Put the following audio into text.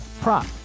prop